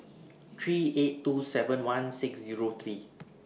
three eight two seven one six Zero three